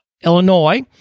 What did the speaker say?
Illinois